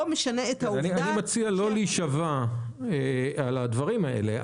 אני מציע לא להישבע על הדברים האלה.